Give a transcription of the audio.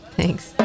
Thanks